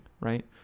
right